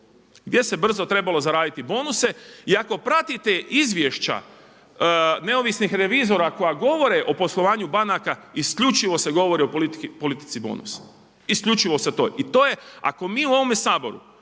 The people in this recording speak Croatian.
gdje se brzo trebalo zaraditi bonuse. I ako pratite izvješća neovisnih revizora koja govore o poslovanju banaka isključivo se govori o politici bonusa, isključivo to. I to je, ako mi u ovome Saboru